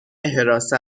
حراست